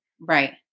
Right